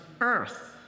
earth